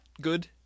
good